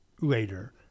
later